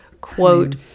Quote